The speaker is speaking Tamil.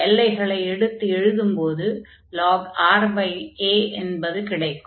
எல்லைகளை எடுத்து எழுதும்போது ln Raஎன்பது கிடைக்கும்